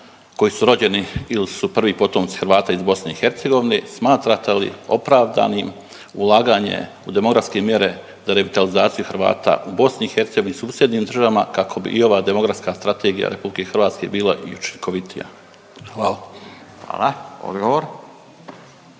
Hvala lijepa. Odgovor.